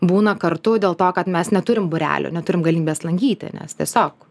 būna kartu dėl to kad mes neturim būrelių neturim galimybės lankyti nes tiesiog